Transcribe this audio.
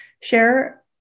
share